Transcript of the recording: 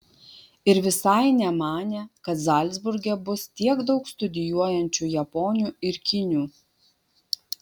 ir visai nemanė kad zalcburge bus tiek daug studijuojančių japonių ir kinių